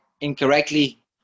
incorrectly